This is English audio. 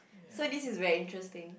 so this is very interesting